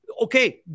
okay